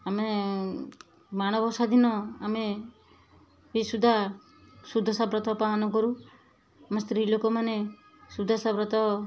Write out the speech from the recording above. ଆମେ ମାଣବସା ଦିନ ଆମେ ସୁଦା ସୁଦଶାବ୍ରତ ପାଳନ କରୁ ଆମେ ସ୍ତ୍ରୀ ଲୋକମାନେ ସୁଦଶାବ୍ରତ